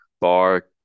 bar